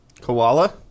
Koala